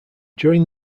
during